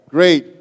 Great